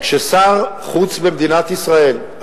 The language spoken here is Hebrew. כששר חוץ במדינת ישראל,